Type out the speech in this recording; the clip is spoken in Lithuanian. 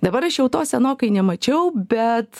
dabar aš jau to senokai nemačiau bet